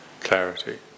clarity